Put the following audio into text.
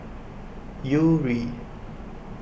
Yuri